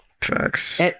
Facts